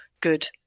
good